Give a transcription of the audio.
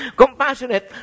compassionate